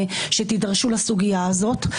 שתידרשו לסוגיה הזאת.